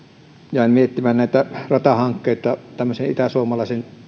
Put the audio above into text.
jäin miettimään näitä ratahankkeita tämmöisen itäsuomalaisen